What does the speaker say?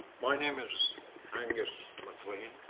my name is angus mclean.